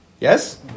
Yes